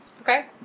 Okay